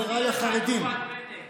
שאתם הרחקתם בתקופת בנט את המצביעים האחרים.